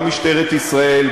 גם משטרת ישראל,